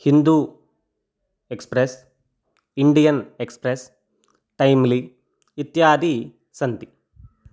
Hindu express Indian express टैम्लि इत्यादयः सन्ति